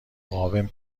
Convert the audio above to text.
مقاوم